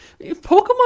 Pokemon